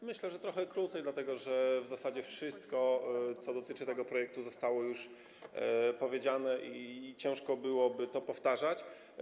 Myślę, że będę mówił trochę krócej, dlatego że w zasadzie wszystko, co dotyczy tego projektu, zostało już powiedziane i ciężko byłoby to powtarzać.